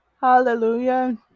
Hallelujah